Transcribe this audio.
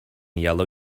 yellow